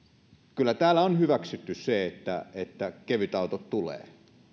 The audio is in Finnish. kyllä täällä on hyväksytty se että että kevytautot tulevat